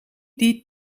die